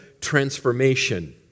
transformation